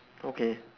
okay